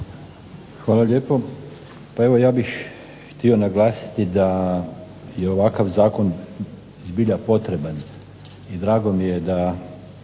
Hvala lijepo. Pa evo ja bih htio naglasiti da je ovakav zakon zbilja potreban i drago mi je da